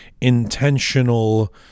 intentional